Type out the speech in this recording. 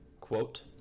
Quote